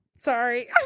Sorry